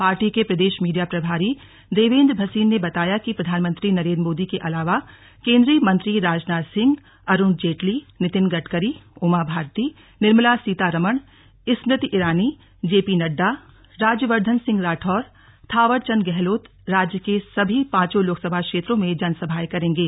party के प्रदेश media प्रभारी देवेंद्र भसीन ने बताया कि प्रधानमंत्री नरेंद्र मोदी के अलावा केंद्रीय मंत्री राजनाथ सिंह अरुण जेटली नितिन गडकरी उमा भारती निर्मला सीतारमण स्मृति ईरानी जेपी नड्डा राज्यवर्धन सिंह राठौर थावर चंद गहलोत राज्य के सभी पांचों लोकसभा क्षेत्रों में जन सभाएं करेंगे